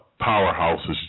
powerhouses